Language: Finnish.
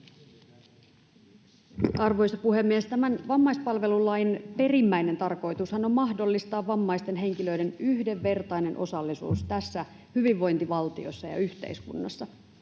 Arvoisa puhemies! Tämän vammaispalvelulain perimmäinen tarkoitushan on mahdollistaa vammaisten henkilöiden yhdenvertainen osallisuus tässä hyvinvointivaltiossa ja yhteiskunnassa.